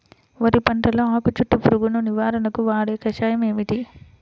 వరి పంటలో ఆకు చుట్టూ పురుగును నివారణకు వాడే కషాయం ఏమిటి?